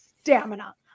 stamina